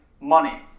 money